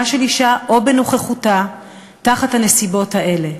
של אישה או בנוכחותה תחת הנסיבות האלה.